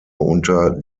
unter